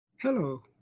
Hello